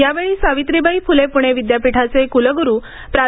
यावेळी सावित्रीबाई फुले पुणे विद्यापीठाचे कुलगुरू प्रा